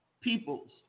peoples